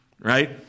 Right